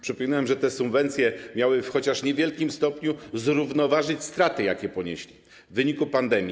Przypominam, że te subwencje miały chociaż w niewielkim stopniu zrównoważyć straty, jakie ponieśli oni w wyniku pandemii.